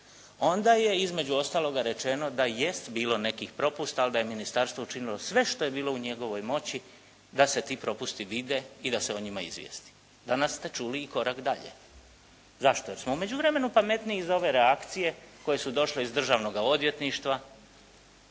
Onda je između ostaloga rečeno da jest bilo nekih propusta ali da je ministarstvo učinilo sve što je bilo u njegovoj moći da se ti propusti vide i da se o njima izvijesti. Danas ste čuli i korak dalje. Zašto? Jer smo u međuvremenu pametniji za ove reakcije koje su došle iz Državnoga odvjetništva,